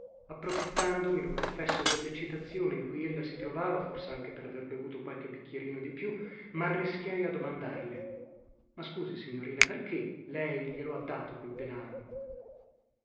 confesso delleccitazione in cui ella si trovava forsanche per aver bevuto qualche bicchierino di più marrischiai a domandarle ma scusi signorina perché lei glielo ha dato quel danaro